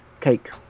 cake